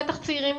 בטח צעירים,